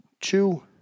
two